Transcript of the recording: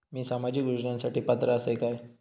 मी सामाजिक योजनांसाठी पात्र असय काय?